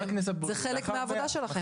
זה גם חלק מהעבודה שלכם.